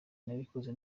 nabikoze